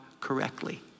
correctly